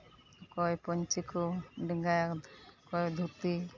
ᱚᱠᱚᱭ ᱯᱟᱹᱧᱪᱤ ᱠᱚ ᱰᱮᱸᱜᱟᱭᱟ ᱚᱠᱚᱭ ᱫᱷᱩᱛᱤ